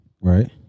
Right